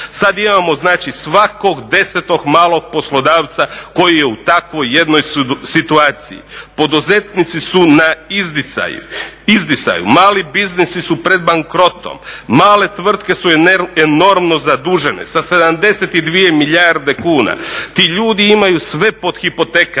Sad imamo znači svakog 10. malog poslodavca koji je u takvoj jednoj situaciji. Poduzetnici su na izdisaju, mali biznisi su pred bankrotom, male tvrtke su enormno zadužene sa 72 milijarde kuna. Ti ljudi imaju sve pod hipotekama